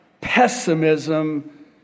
pessimism